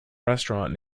restaurant